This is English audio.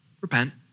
repent